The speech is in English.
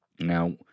Now